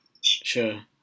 Sure